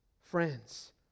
Friends